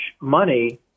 money